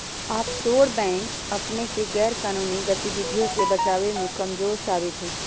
offshore bank अपनेके गैरकानूनी गतिविधियों से बचाबे में कमजोर साबित होइ छइ